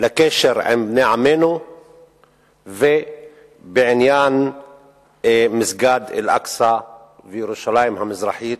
לקשר עם בני עמנו ובעניין מסגד אל-אקצא וירושלים המזרחית,